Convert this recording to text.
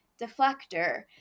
deflector